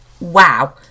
wow